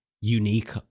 unique